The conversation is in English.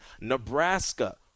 Nebraska